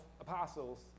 apostles